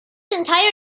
entire